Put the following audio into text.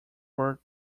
were